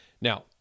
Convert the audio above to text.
Now